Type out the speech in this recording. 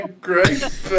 great